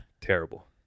Terrible